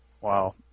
Wow